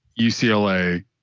UCLA